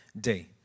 day